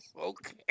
Okay